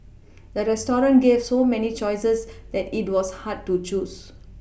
the restaurant gave so many choices that it was hard to choose